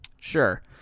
sure